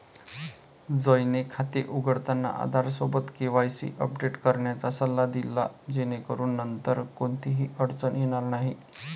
जयने खाते उघडताना आधारसोबत केवायसी अपडेट करण्याचा सल्ला दिला जेणेकरून नंतर कोणतीही अडचण येणार नाही